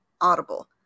audible